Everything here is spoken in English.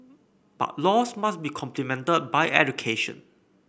but laws must be complemented by education